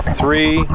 three